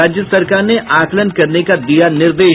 राज्य सरकार ने आकलन करने का दिया निर्देश